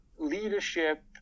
leadership